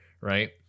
Right